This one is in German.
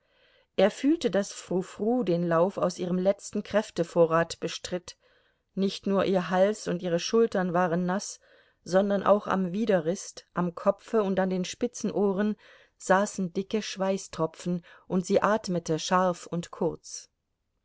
er fühlte daß frou frou den lauf aus ihrem letzten kräftevorrat bestritt nicht nur ihr hals und ihre schultern waren naß sondern auch am widerrist am kopfe und an den spitzen ohren saßen dicke schweißtropfen und sie atmete scharf und kurz